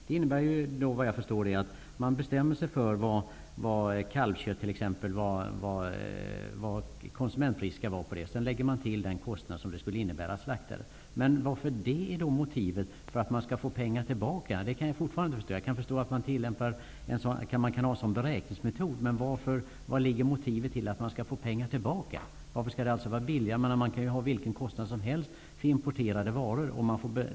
Det innebär såvitt jag förstår att man bestämmer sig för vad t.ex. konsumentpriset skall vara på kalvkött. Sedan lägger man till den kostnad som det skulle innebära att slakta på detta sätt. Men jag kan fortfarande inte förstå varför det är ett motiv till att man skall få pengar tillbaka. Jag kan förstå att man kan ha denna beräkningsmetod, men vad är motivet till att man skall få pengar tillbaka? Varför skall det vara billigare? Man kan ju ha vilken kostnad som helst för importerade varor.